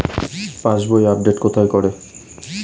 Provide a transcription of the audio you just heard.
পাসবই update কোথায় করে?